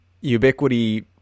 ubiquity